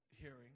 hearing